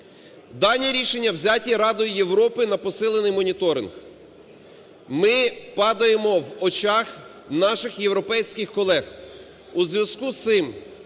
Дані рішення взяті Радою Європи на посилений моніторинг. Ми падаємо в очах наших європейських колег. У зв'язку з цим,